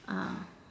ah